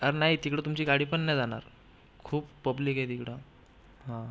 अरे नाही तिकडं तुमची गाडी पण नाही जाणार खूप पब्लिक आहे तिकडं हां